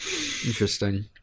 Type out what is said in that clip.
Interesting